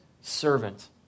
servant